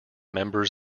members